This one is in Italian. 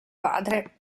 padre